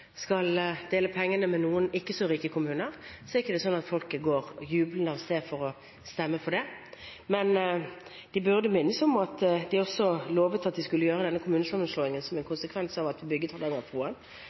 skal dele pengene med noen ikke så rike kommuner, er det ikke sånn at folket går jublende av sted for å stemme for det. Men de burde minnes om at de også lovet at de skulle gjøre denne kommunesammenslåingen som en